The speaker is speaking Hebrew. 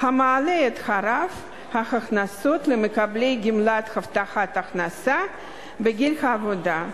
המעלה את רף ההכנסות למקבלי גמלת הבטחת הכנסה בגיל העבודה.